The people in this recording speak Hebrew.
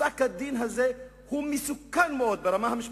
פסק-הדין הזה הוא מסוכן מאוד ברמה המשפטית,